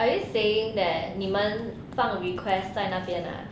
are you saying that 你们放 request 在那边 ah